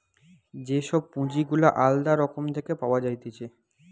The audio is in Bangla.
যে সব পুঁজি গুলা আলদা রকম থেকে পাওয়া যাইতেছে